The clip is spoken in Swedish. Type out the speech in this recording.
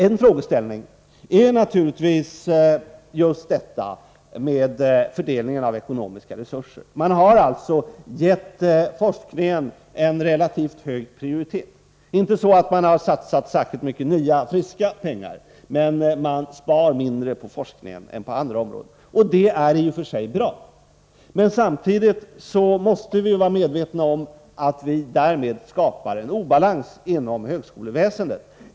En av frågeställningarna gäller naturligtvis just detta med fördelningen av de ekonomiska resurserna. Regeringen har alltså gett forskningen relativt hög prioritet — inte genom att satsa särskilt mycket nya, friska pengar, utan genom att spara mindre på forskningens område än på andra områden, vilket i och för sig är bra. Men samtidigt måste man vara medveten om att vi därmed skapar en obalans inom högskoleväsendet.